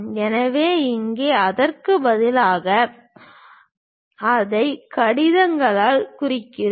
எனவே இங்கே அதற்கு பதிலாக அதை கடிதங்களால் குறிக்கிறோம்